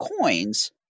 coins